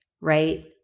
right